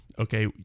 okay